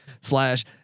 slash